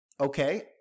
Okay